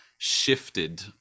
shifted